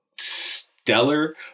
stellar